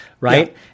right